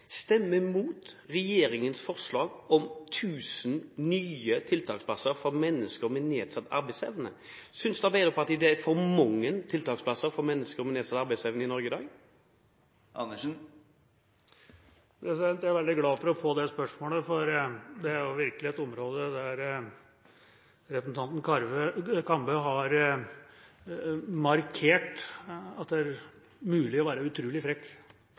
mot regjeringens forslag om 1 000 nye tiltaksplasser for mennesker med nedsatt arbeidsevne? Synes Arbeiderpartiet det er for mange tiltaksplasser for mennesker med nedsatt arbeidsevne i Norge i dag? Jeg er veldig glad for å få det spørsmålet, for det er virkelig et område der representanten Kambe har markert at det er mulig å være utrolig frekk.